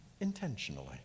intentionally